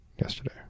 yesterday